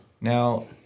now